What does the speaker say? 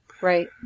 Right